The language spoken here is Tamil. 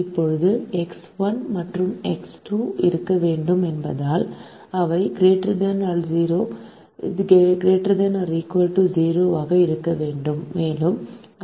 இப்போது எக்ஸ் 1 மற்றும் எக்ஸ் 2 இருக்க வேண்டும் என்பதால் அவை ≥ 0 ஆக இருக்க வேண்டும் மேலும்